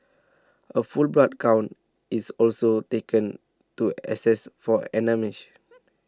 a full blood count is also taken to assess for anaemia